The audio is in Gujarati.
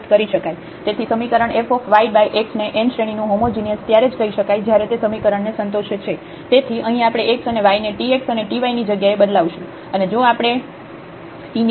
તેથી સમીકરણ fyx ને n શ્રેણીનું હોમોજિનિયસ ત્યારેજ કહી શકાય જયારે તે સમીકરણને સંતોષે છે તેથી અહીં આપણે x અને y ને tx અને ty ની જગ્યાએ બદલાવશું